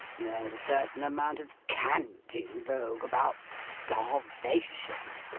there's a certain amount of cant in vogue about starvation,